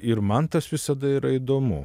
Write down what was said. ir man tas visada yra įdomu